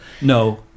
no